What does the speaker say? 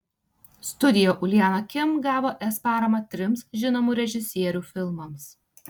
studio uljana kim gavo es paramą trims žinomų režisierių filmams